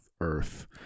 Earth